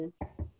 Yes